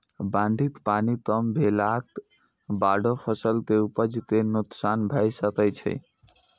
बाढ़िक पानि कम भेलाक बादो फसल के उपज कें नोकसान भए सकै छै